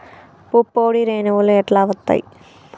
పుప్పొడి రేణువులు ఎట్లా వత్తయ్?